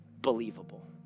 believable